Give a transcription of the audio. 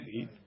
eat